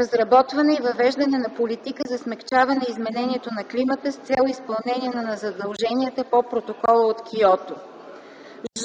разработване и въвеждане на политика за смекчаване изменението на климата с цел изпълнение на задълженията по Протокола от Киото; ж)